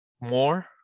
more